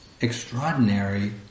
extraordinary